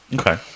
okay